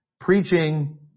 preaching